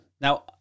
Now